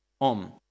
Om